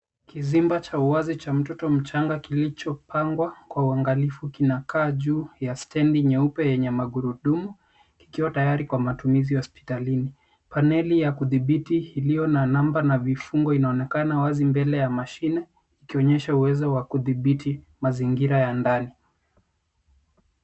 Kizimba cha wazi cha mtoto mchanga kilichopangwa kwa uangalifu kinakaa juu ya stendi nyeupe yenye magurudumu, kikiwa tayari kwa matumizi ya hospitalini. Paneli ya kudhibiti iliyo na namba na vifungo inaonekana wazi mbele ya mashine ikionyesha uwezo wa kudhibiti mazingira ya ndani.